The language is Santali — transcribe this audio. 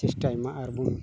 ᱪᱮᱥᱴᱟᱭ ᱢᱟ ᱟᱨᱵᱚᱱ